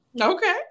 Okay